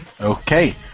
Okay